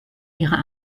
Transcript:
ihrer